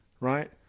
right